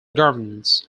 governance